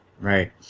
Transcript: Right